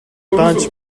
даанч